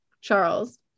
Charles